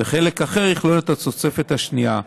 וחלק אחר יכלול את התוספת השנייה.